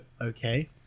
Okay